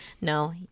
No